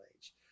age